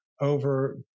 over